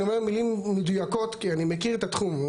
אני אומר מילים מדויקות כי אני מכיר את התחום.